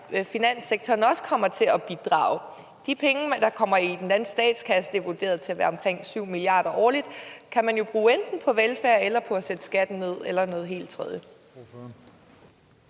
finanssektoren også kommer til at bidrage? De penge, der kommer i den danske statskasse, bliver vurderet til at være omkring 7 mia. kr. årligt, og de penge kan man jo bruge enten på velfærd eller på at sætte skatten ned eller på noget helt tredje.